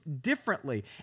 differently